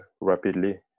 rapidly